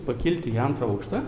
pakilti į antrą aukštą